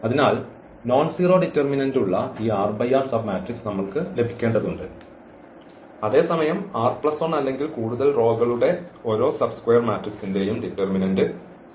അതിനാൽ nonzero determinant ഉള്ള ഈ സബ്മാട്രിക്സ് നമ്മൾക്ക് ലഭിക്കേണ്ടതുണ്ട് അതേസമയം r1 അല്ലെങ്കിൽ കൂടുതൽ റോകളുടെ ഓരോ സബ് സ്ക്വയർ മാട്രിക്സിന്റെയും ഡിറ്റർമിനന്റ് 0 ആണ്